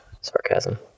Sarcasm